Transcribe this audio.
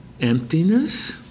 emptiness